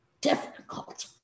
difficult